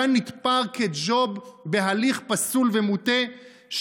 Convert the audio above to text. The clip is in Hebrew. כאן נתפר כג'וב בהליך פסול ומוטה,